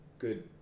good